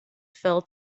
fell